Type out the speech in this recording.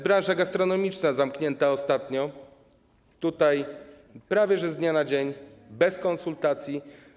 Branża gastronomiczna - zamknięta ostatnio, prawie z dnia na dzień, bez konsultacji.